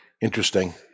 interesting